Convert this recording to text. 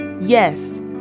Yes